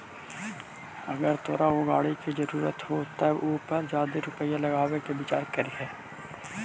अगर तोरा ऊ गाड़ी के जरूरत हो तबे उ पर जादे रुपईया लगाबे के विचार करीयहूं